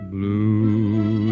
Blue